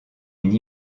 une